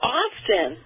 often